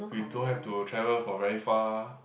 we don't have to travel for very far